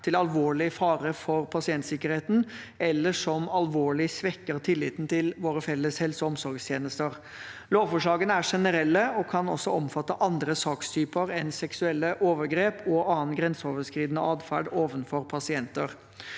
til alvorlig fare for pasientsikkerheten, eller som alvorlig svekker tilliten til våre felles helseog omsorgstjenester. Lovforslagene er generelle og kan også omfatte andre sakstyper enn seksuelle overgrep og annen grenseoverskridende atferd overfor pasienter.